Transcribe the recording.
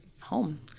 home